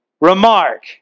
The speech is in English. remark